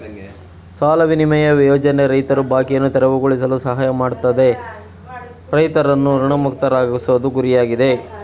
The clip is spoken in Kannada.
ಸಾಲ ವಿನಿಮಯ ಯೋಜನೆ ರೈತರ ಬಾಕಿಯನ್ನು ತೆರವುಗೊಳಿಸಲು ಸಹಾಯ ಮಾಡ್ತದೆ ರೈತರನ್ನು ಋಣಮುಕ್ತರಾಗ್ಸೋದು ಗುರಿಯಾಗಿದೆ